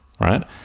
right